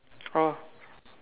oh